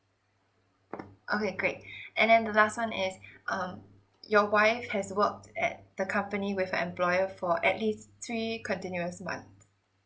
okay great and then the last one is um your wife has worked at the company with employer for at least three continuous month